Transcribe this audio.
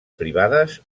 privades